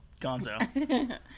Gonzo